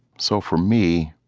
so for me,